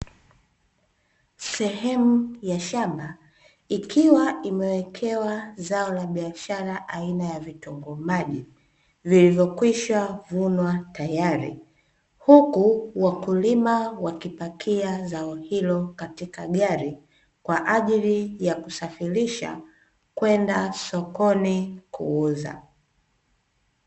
Sehemu ya shamba ikiwa imewekewa zao la biashara aina ya vitunguu maji vilivyokwisha vunwa tayari, huku wakulima wakipakia zao hilo katika gari kwa ajili ya kusafirisha kwenda sokoni kuuza.